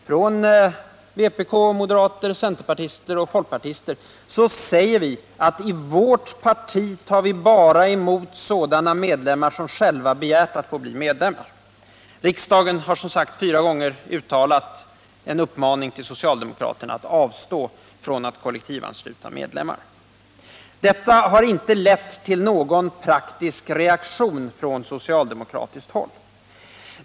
Vpk-are, moderater, centerpartister och folkpartister säger: I vårt parti tar vi bara emot sådana medlemmar som själva begärt att få bli medlemmar. Riksdagen har som sagt fyra gånger uttalat en uppmaning till socialdemokraterna att avstå från att kollektivansluta medlemmar. Detta har inte lett till någon reaktion från socialdemokratiskt håll.